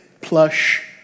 plush